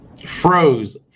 froze